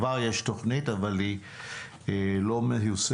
כבר יש תוכנית, אבל היא לא מיושמת.